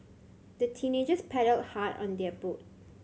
the teenagers paddled hard on their boat